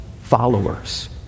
followers